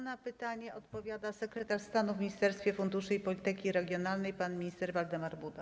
Na pytania odpowiada sekretarz stanu w Ministerstwie Funduszy i Polityki Regionalnej pan minister Waldemar Buda.